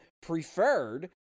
preferred